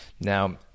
Now